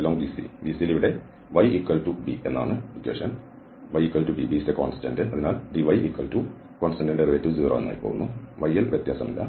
ഈ BC യിൽ ഇവിടെ y എന്നത് b ക്ക് തുല്യമാണ് അതായത് dy0 ആണ് y യിൽ വ്യത്യാസമില്ല